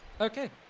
okay